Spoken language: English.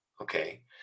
okay